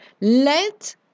let